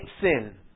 sin